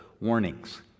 warnings